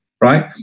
right